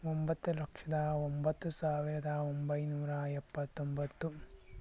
ಒಂಬತ್ತು ಲಕ್ಷದ ಒಂಬತ್ತು ಸಾವಿರದ ಒಂಬೈನೂರ ಎಪ್ಪತ್ತೊಂಬತ್ತು